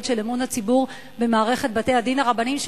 של אמון הציבור במערכת בתי-הדין הרבניים,